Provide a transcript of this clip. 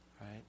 right